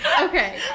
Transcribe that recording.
Okay